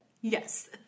Yes